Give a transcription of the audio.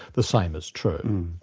the same is true.